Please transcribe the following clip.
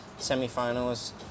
semi-finals